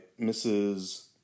Mrs